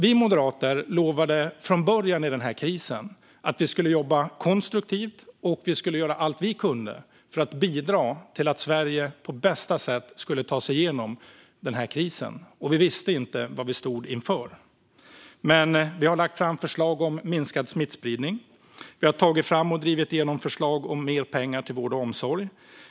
Vi moderater lovade från början av krisen att jobba konstruktivt och att göra allt vi kunde för att bidra till att Sverige på bästa sätt skulle ta sig igenom krisen. Vi visste inte vad vi stod inför. Men vi har lagt fram förslag om minskad smittspridning. Vi har tagit fram och drivit igenom förslag om mer pengar till vård och omsorg.